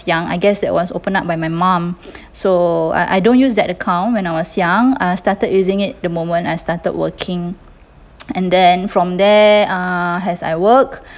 young I guess that was opened up by my mom so I I don't use that account when I was young I started using it the moment I started working and then from there uh as I work